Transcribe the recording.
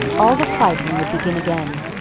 all the fighting would begin again,